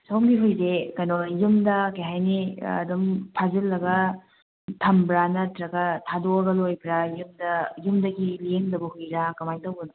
ꯁꯣꯝꯒꯤ ꯍꯨꯏꯁꯦ ꯀꯩꯅꯣ ꯌꯨꯝꯗ ꯀꯩ ꯍꯥꯏꯅꯤ ꯑꯗꯨꯝ ꯐꯥꯖꯜꯂꯒ ꯊꯝꯕ꯭ꯔꯥ ꯅꯠꯇ꯭ꯔꯒ ꯊꯥꯗꯣꯛꯑꯒ ꯂꯣꯏꯕ꯭ꯔꯥ ꯌꯨꯝꯗ ꯌꯨꯝꯗꯒꯤ ꯂꯦꯡꯗꯕ ꯍꯨꯏꯔꯥ ꯀꯃꯥꯏ ꯇꯧꯕꯅꯣ